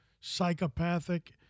psychopathic